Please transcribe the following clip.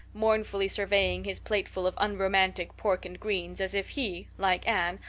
mournfully surveying his plateful of unromantic pork and greens as if he, like anne,